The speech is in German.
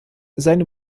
seine